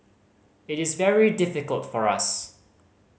it is very difficult for us